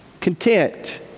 content